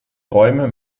träume